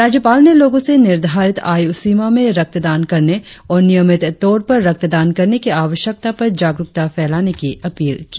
राज्यपाल ने लोगों से निर्धारित आयु सीमा में रक्तदान करने और नियमित तौर पर रक्तदान करने की आवश्यकता पर जागरुकता फैलाने की अपील की